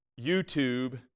YouTube